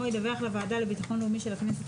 ידווח לוועדה לביטחון לאומי של הכנסת,